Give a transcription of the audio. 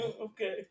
Okay